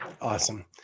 Awesome